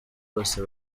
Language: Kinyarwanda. bose